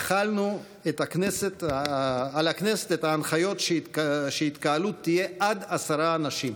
החלנו על הכנסת את ההנחיות שהתקהלות תהיה עד עשרה אנשים.